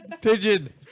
Pigeon